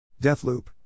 Deathloop